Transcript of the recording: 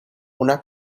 una